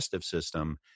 system